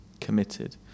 committed